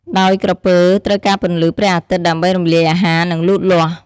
ដោយក្រពើត្រូវការពន្លឺព្រះអាទិត្យដើម្បីរំលាយអាហារ និងលូតលាស់។